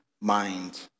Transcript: mind